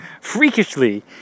freakishly